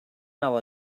hour